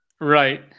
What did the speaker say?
right